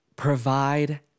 provide